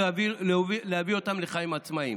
להביא אותם לחיים עצמאיים.